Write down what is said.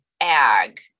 ag